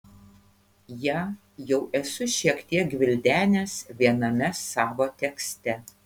ją jau esu šiek tiek gvildenęs viename savo tekste